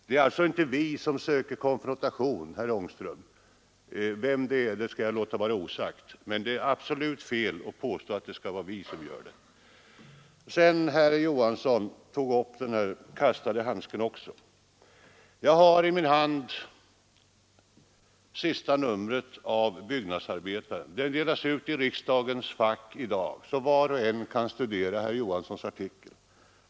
Vem som söker konfrontation skall jag låta vara osagt, men det är absolut fel att påstå att det är vi som skulle göra det. Herr Knut Johansson i Stockholm tog upp den kastade handsken. Jag har i min hand det senaste numret av Byggnadsarbetaren. Den delades ut i ledamöternas fack i dag, så var och en kan alltså läsa herr Johanssons artikel.